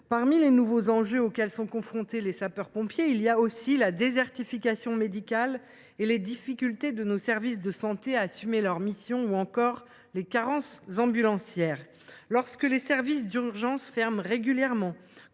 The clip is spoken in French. Parmi les nouveaux enjeux auxquels sont confrontés les sapeurs pompiers, il y a aussi la désertification médicale et les difficultés de nos services de santé à assumer leurs missions – je pense en particulier aux carences ambulancières. Lorsque les services d’urgence ferment régulièrement,